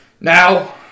now